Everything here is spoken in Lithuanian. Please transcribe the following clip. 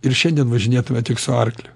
ir šiandien važinėtume tik su arkliu